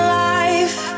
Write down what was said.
life